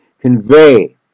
convey